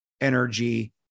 energy